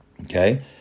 Okay